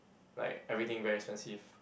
like everything very expensive